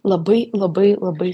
labai labai labai